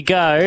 go